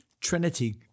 Trinity